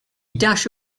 dash